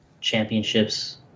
championships